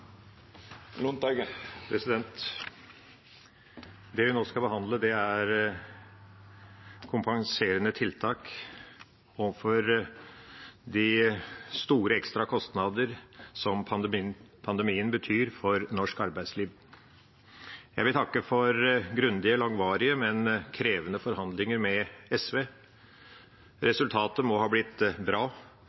Det vi nå skal behandle, er forslag om kompenserende tiltak overfor de store ekstrakostnader som pandemien betyr for norsk arbeidsliv. Jeg vil takke for grundige og langvarige, men krevende forhandlinger med SV. Resultatet må ha blitt